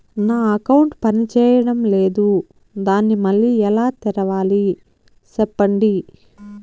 నా అకౌంట్ పనిచేయడం లేదు, దాన్ని మళ్ళీ ఎలా తెరవాలి? సెప్పండి